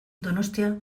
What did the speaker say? donostia